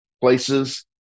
places